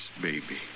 baby